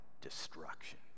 destruction